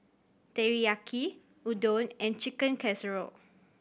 Teriyaki Udon and Chicken Casserole